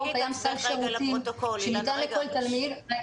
קיים סל שירותים שניתן לכל תלמיד,